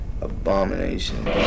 abomination